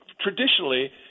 Traditionally